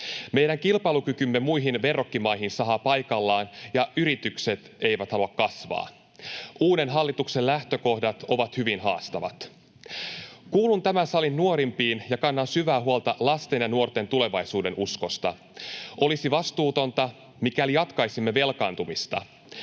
Meidän kilpailukykymme muihin verrokkimaihin sahaa paikallaan, ja yritykset eivät halua kasvaa. Uuden hallituksen lähtökohdat ovat hyvin haastavat. Kuulun tämän salin nuorimpiin ja kannan syvää huolta lasten ja nuorten tulevaisuudenuskosta. Olisi vastuutonta, mikäli jatkaisimme velkaantumista.